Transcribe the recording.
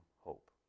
hope